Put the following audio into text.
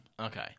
Okay